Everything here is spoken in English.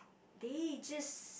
they just